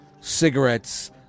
cigarettes